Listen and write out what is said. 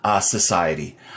Society